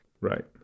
Right